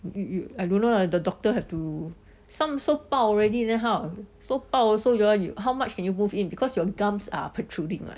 yo~ you I dunno lah the doctor have to some so 龅 already then how so 龅 also you you how much can you move in because your gums are protruding [what]